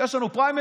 יש לנו פריימריז.